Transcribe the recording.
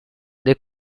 they